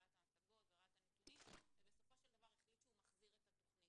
ראה את המצגות וראה את הנתונים ובסופו של דבר החליט שהוא מחזיר את התכנית